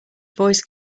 voice